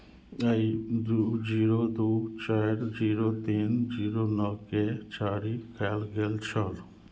आ जीरो दू चारि जीरो तीन जीरो नओकेँ जारी कयल गेल छल